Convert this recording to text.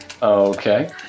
Okay